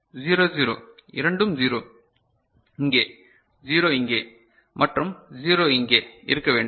0 0 இரண்டும் 0 இங்கே 0 இங்கே மற்றும் 0 இங்கே இருக்க வேண்டும்